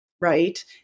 right